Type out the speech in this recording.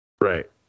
Right